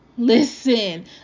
Listen